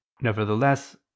Nevertheless